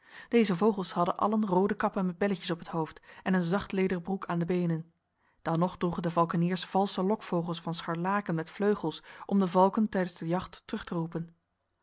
deze vogels hadden allen rode kappen met belletjes op het hoofd en een zachtlederen broek aan de benen dan nog droegen de valkeniers valse lokvogels van scharlaken met vleugels om de valken tijdens de jacht terug te roepen